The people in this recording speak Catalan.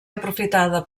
aprofitada